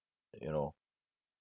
you know